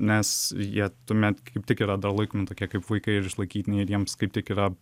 nes jie tuomet kaip tik yran dar laikomi tokie kaip vaikai ir išlaikytiniai ir jiems kaip tik yra